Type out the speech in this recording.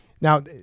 Now